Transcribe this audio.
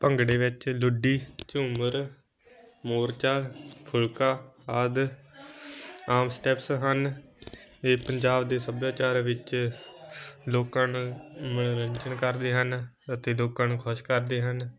ਭੰਗੜੇ ਵਿੱਚ ਲੁੱਡੀ ਝੂਮਰ ਮੋਰਚਾ ਫੁਲਕਾ ਆਦਿ ਆਮ ਸਟੈਪਸ ਹਨ ਇਹ ਪੰਜਾਬ ਦੇ ਸੱਭਿਆਚਾਰ ਵਿੱਚ ਲੋਕਾਂ ਨ ਮਨੋਰੰਜਨ ਕਰਦੇ ਹਨ ਅਤੇ ਲੋਕਾਂ ਨੂੰ ਖੁਸ਼ ਕਰਦੇ ਹਨ